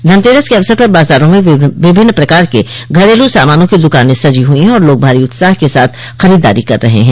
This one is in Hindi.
धनतेरस के अवसर पर बाजारों में विभिन्न प्रकार के घरेलू सामानों की दुकाने सजी हुई है और लोग भारी उत्साह के साथ खरीददारी कर रहे हैं